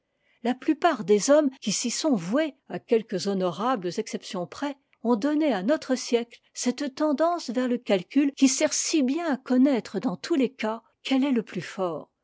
la plupart des hommes qui s'y sont voués à quelques honorables exceptions près ont donné à notre siècle cette tendance vers le calcul qui sert si bien à connaître dans tous les cas quel est le plus fort